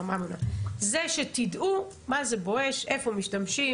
זה שתדעו מה זה "בואש", איפה משתמשים,